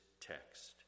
text